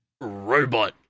Robot